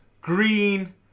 green